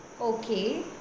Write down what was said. Okay